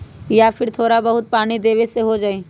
या फिर थोड़ा बहुत पानी देबे से हो जाइ?